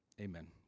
Amen